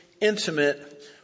intimate